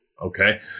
Okay